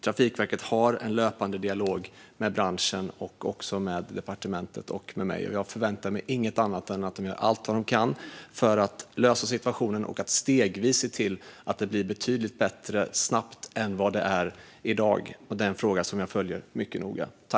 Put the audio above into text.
Trafikverket har en löpande dialog med branschen, med departementet och också med mig. Jag förväntar mig inget annat än att de gör allt de kan för att lösa situationen och stegvis se till att det snabbt blir betydligt bättre än i dag. Det är en fråga jag följer mycket noga.